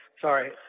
Sorry